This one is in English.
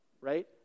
right